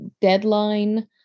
deadline